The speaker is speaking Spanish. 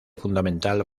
fundamental